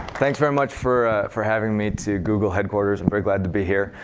thanks very much for for having me to google headquarters. i'm very glad to be here.